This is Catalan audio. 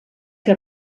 que